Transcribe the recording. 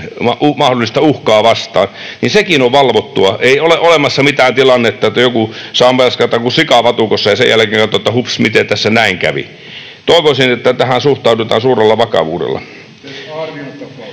mahdollista uhkaa vastaan, niin sekin on valvottua. Ei ole olemassa mitään tilannetta, että joku saa melskata kuin sika vatukossa ja sen jälkeen katsoo, että hups, miten tässä näin kävi. Toivoisin, että tähän suhtaudutaan suurella vakavuudella.